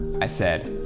i said,